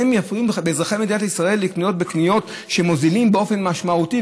הם מפריעים לאזרחי מדינת ישראל לקנות בקניות שמוזילות באופן משמעותי,